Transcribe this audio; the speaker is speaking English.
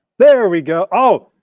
there we go. oh,